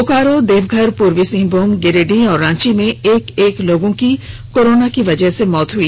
बोकारो देवघर पूर्वी सिंहभूम गिरिडीह और रांची में एक एक लोगों की कोरोना की वजह से मौत हो गई